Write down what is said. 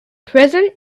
present